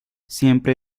siempre